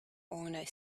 owner